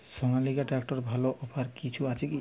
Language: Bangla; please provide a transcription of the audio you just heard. সনালিকা ট্রাক্টরে ভালো অফার কিছু আছে কি?